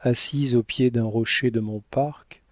assise au pied d'un rocher de mon parc